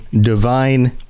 divine